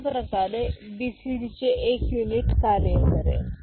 अशाप्रकारे बीसीडी चे एक युनिट कार्य करेल